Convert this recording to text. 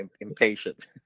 impatient